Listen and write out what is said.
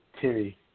Terry